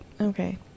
okay